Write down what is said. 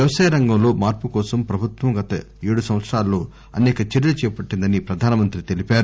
వ్యవసాయ రంగంలో మార్పు కోసం ప్రభుత్వం గత ఏడు సంవత్సరాలలో అసేక చర్యలు చేపట్టిందని ప్రధానమంత్రి తెలిపారు